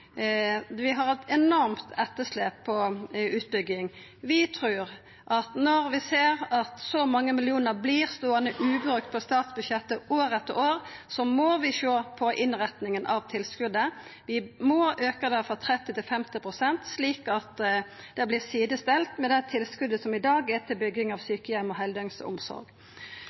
Vi har eit enormt etterslep på utbygging. Når vi ser at så mange millionar vert ståande ubrukte på statsbudsjettet år etter år, må vi sjå på innretninga av tilskotet. Vi må auka det frå 30 pst. til 50 pst., slik at det vert sidestilt med det tilskotet som i dag er til bygging av sjukeheimar og